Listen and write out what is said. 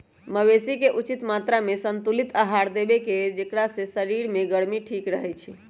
मवेशी के उचित मत्रामें संतुलित आहार देबेकेँ जेकरा से शरीर के गर्मी ठीक रहै छइ